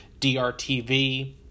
DRTV